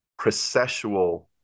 processual